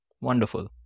wonderful